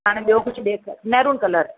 हाणे ॿियो कुझु ॾेख मेहरून कलर